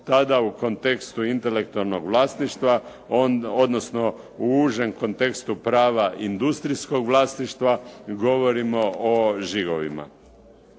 tada u kontekstu intelektualnog vlasništva odnosno u užem kontekstu prava industrijskog vlasništva govorimo o žigovima.